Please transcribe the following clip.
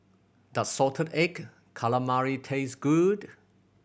does salted egg calamari taste good